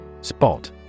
Spot